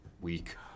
weak